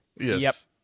Yes